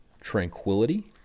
Tranquility